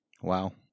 Wow